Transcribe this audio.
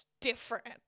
different